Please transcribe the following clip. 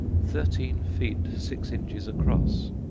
thirteen feet six inches across,